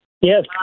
Yes